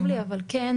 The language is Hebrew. לא, אדוני, אבל אנחנו